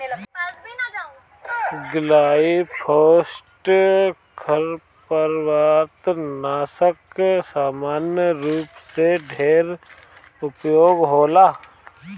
glyphosate खरपतवारनाशक सामान्य रूप से ढेर उपयोग होला